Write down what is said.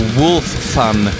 wolf-fun